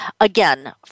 Again